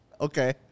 Okay